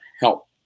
help